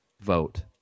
Vote